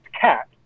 cat